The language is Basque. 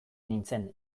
nintzen